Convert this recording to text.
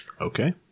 Okay